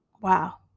wow